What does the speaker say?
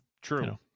true